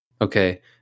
Okay